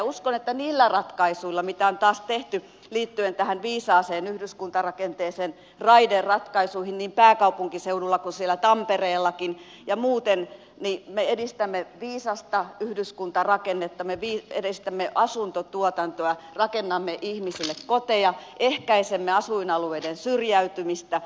uskon että niillä ratkaisuilla mitä on taas tehty liittyen tähän viisaaseen yhdyskuntarakenteeseen raideratkaisuihin niin pääkaupunkiseudulla kuin siellä tampereellakin ja muuten me edistämme viisasta yhdyskuntarakennetta me edistämme asuntotuotantoa rakennamme ihmisille koteja ehkäisemme asuinalueiden syrjäytymistä